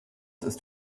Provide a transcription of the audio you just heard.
ist